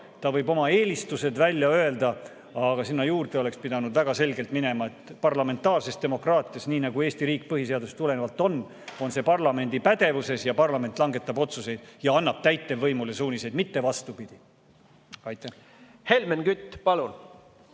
ta võib oma eelistused välja öelda, aga sinna juurde oleks pidanud väga selgelt minema, et parlamentaarses demokraatias, nii nagu Eesti riik põhiseadusest tulenevalt on, on see parlamendi pädevuses ja parlament langetab otsuseid ja annab täitevvõimule suuniseid, mitte vastupidi. Helmen Kütt, palun!